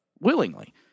willingly